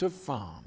to farm